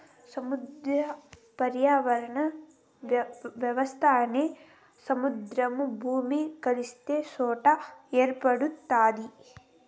సముద్ర పర్యావరణ వ్యవస్థ అనేది సముద్రము, భూమి కలిసే సొట ఏర్పడుతాది